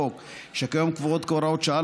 שכיום קבועות כהוראות שעה,